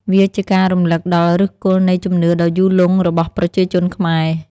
វាជាការរំឭកដល់ឫសគល់នៃជំនឿដ៏យូរលង់របស់ប្រជាជនខ្មែរ។